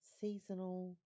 Seasonal